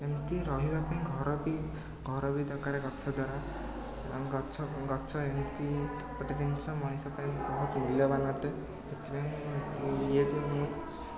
ଏମିତି ରହିବା ପାଇଁ ଘର ବି ଘର ବି ଦରକାର ଗଛ ଦ୍ଵାରା ଗଛ ଗଛ ଏମିତି ଗୋଟେ ଜିନିଷ ମଣିଷ ପାଇଁ ବହୁତ ମୂଲ୍ୟବାନ୍ ଅଟେ ଏଥିପାଇଁ ଇଏ